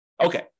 Okay